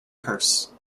purse